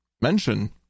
mention